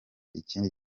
ikindi